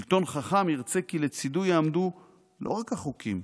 שלטון חכם ירצה כי לצידו יעמדו לא רק החוקים,